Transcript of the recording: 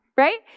right